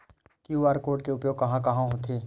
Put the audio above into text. QR code के उपयोग कहां कहां होथे?